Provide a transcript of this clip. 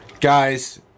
Guys